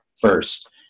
first